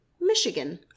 Michigan